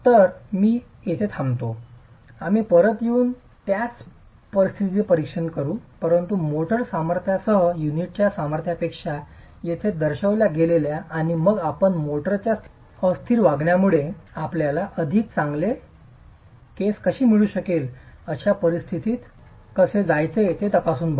तर मी येथे थांबतो आम्ही परत येऊन त्याच परिस्थितीचे परीक्षण करू परंतु मोर्टार सामर्थ्यासह युनिटच्या सामर्थ्यापेक्षा येथे दर्शविल्या गेलेल्या आणि मग आपण मोर्टारच्या अस्थिर वागण्यामुळे आपल्याला अधिक चांगले कसे मिळू शकेल अशा परिस्थितीत कसे जायचे ते तपासून पहा